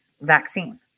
vaccine